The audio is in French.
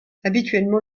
habituellement